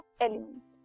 elements